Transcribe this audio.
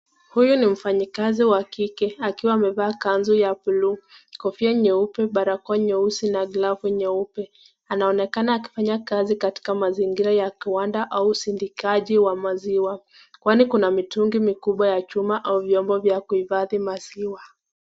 Huyu ni mfanyakazi wa kike akiwa amevaa kanzu ya blue , kofia nyeupe, barakoa nyeusi na glavu nyeupe. Anaonekana akifanya kazi katika mazingira ya kiwanda au usindikaji wa maziwa, kwani kuna mitungi mikubwa ya chuma au vyombo vya kuhifadhi maziwa.